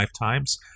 lifetimes